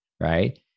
right